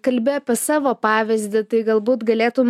kalbi apie savo pavyzdį tai galbūt galėtum